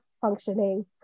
functioning